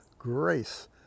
grace